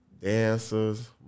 dancers